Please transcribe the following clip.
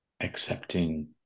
accepting